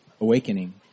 awakening